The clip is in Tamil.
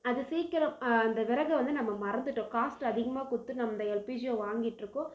அது சீக்கிரம் அந்த விறகை வந்து நம்ம மறந்துவிட்டோம் காஸ்ட் அதிகமாக கொடுத்து நம்ம எல்பிஜியை வாங்கிகிட்ருக்கோம்